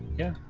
yeah,